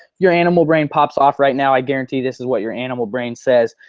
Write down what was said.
your animal brain pops off right now, i guarantee this is what your animal brain says,